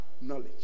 Knowledge